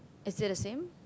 is still the same